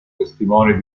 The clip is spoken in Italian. testimoni